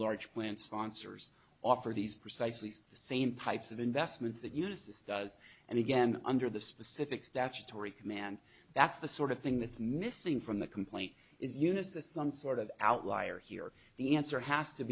large plans sponsors offer these precisely the same types of investments that eunice's does and again under the specific statutory command that's the sort of thing that's missing from the complaint is eunice a some sort of outlier here the answer has to